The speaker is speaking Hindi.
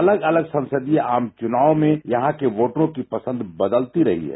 अलग अलग संसदीय आम चुनावों में यहां के वोटरो की पसंद बदलती रही है